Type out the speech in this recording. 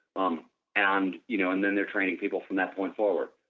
um and you know and then they are training people from that point forward